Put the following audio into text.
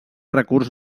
recurs